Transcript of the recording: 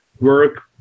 work